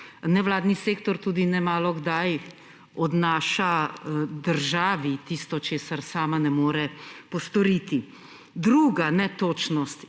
Nevladni sektor tudi nemalokdaj odnaša državi tisto, česar sama ne more postoriti. Druga netočnost